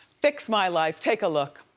fix my life. take a look.